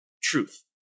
truth